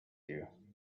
you